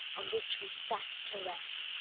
on which we sat to rest.